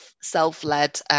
self-led